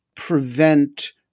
prevent